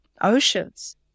oceans